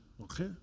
okay